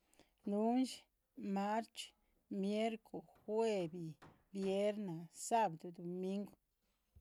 Lun´dxi, marchxí, miercu, juevi, vierna, sábdu, duminguh.